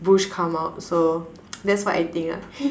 bush come out so that's what I think lah